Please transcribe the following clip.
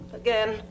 again